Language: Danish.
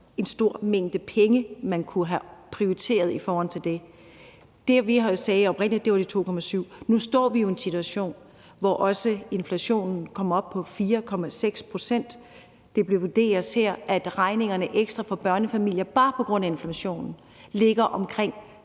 en stor mængde penge, man kunne have prioriteret i forhold til det. Det beløb, vi oprindelig nævnte, var de 2,7 mia. kr., men nu står vi jo i en situation, hvor inflationen kommer op på 4,6 pct., og det vurderes her, at de ekstra regninger for børnefamilierne, bare på grund af inflationen, ligger på omkring